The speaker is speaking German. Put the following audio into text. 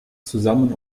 zusammen